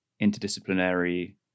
interdisciplinary